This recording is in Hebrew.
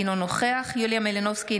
אינו נוכח יוליה מלינובסקי,